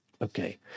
Okay